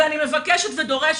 ואני מבקשת ודורשת,